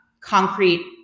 concrete